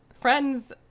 friends